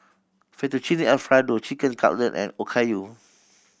Fettuccine Alfredo Chicken Cutlet and Okayu